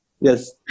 Yes